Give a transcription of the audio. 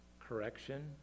correction